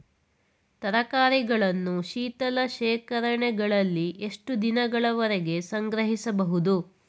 ತರಕಾರಿಗಳನ್ನು ಶೀತಲ ಶೇಖರಣೆಗಳಲ್ಲಿ ಎಷ್ಟು ದಿನಗಳವರೆಗೆ ಸಂಗ್ರಹಿಸಬಹುದು?